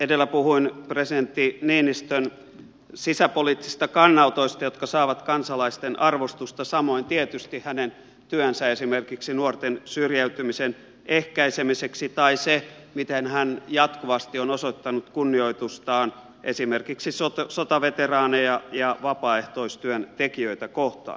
edellä puhuin presidentti niinistön sisäpoliittisista kannanotoista jotka saavat kansalaisten arvostusta samoin saavat tietysti hänen työnsä esimerkiksi nuorten syrjäytymisen ehkäisemiseksi tai se miten hän jatkuvasti on osoittanut kunnioitustaan esimerkiksi sotaveteraaneja ja vapaaehtoistyöntekijöitä kohtaan